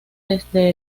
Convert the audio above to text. desde